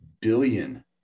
billion